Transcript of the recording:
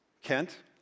Kent